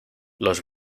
los